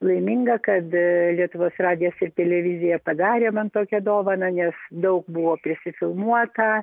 laiminga kad lietuvos radijas ir televizija padarė man tokią dovaną nes daug buvo prisifilmuota